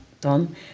done